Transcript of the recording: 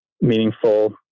meaningful